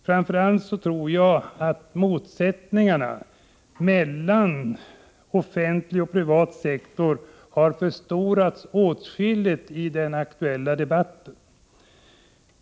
Framför allt tror jag att motsättningarna mellan offentlig och privat sektor har förstorats åtskilligt i den aktuella debatten.